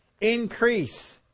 Increase